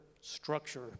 structure